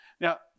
Now